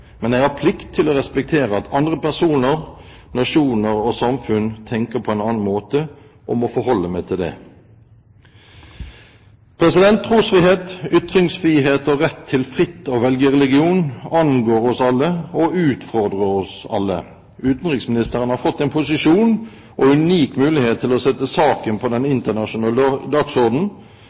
men jeg har plikt til å respektere at andre personer, nasjoner og samfunn tenker på en annen måte og må forholde meg til det. Trosfrihet, ytringsfrihet og rett til fritt å velge religion angår oss alle og utfordrer oss alle. Utenriksministeren har fått en posisjon og unik mulighet til å sette saken på den internasjonale